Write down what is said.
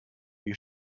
wie